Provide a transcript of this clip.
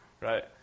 Right